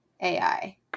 AI